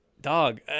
dog